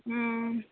ம்